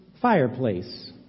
fireplace